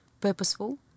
purposeful